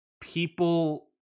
people